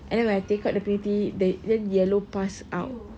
and then when I take out the peniti the then yellow pus out